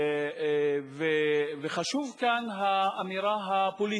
וחשובה כאן האמירה הפוליטית,